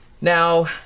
now